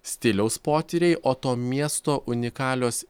stiliaus potyriai o to miesto unikalios